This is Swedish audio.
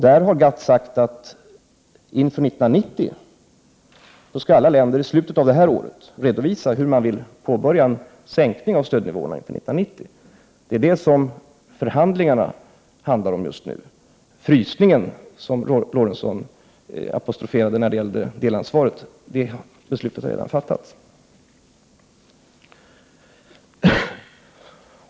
Där har GATT uttalat att inför 1990 skall alla länder i slutet av detta år redovisa hur man vill påbörja en sänkning av stödnivåerna. Det är vad förhandlingarna just nu handlar om. Beslutet om frysningen, som Sven Eric Lorentzon apostroferade när det gällde delansvaret, är redan fattat.